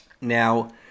Now